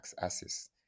axis